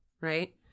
right